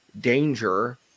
danger